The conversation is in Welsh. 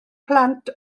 plant